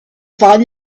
find